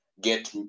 get